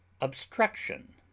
Obstruction